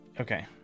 okay